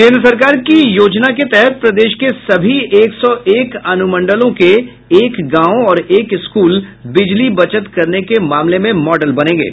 केंद्र सरकार की योजना के तहत प्रदेश के सभी एक सौ एक अनुमंडलों के एक गांव और एक स्कूल बिजली बचत करने के मामले में मॉडल बनेंगे